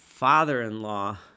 Father-in-law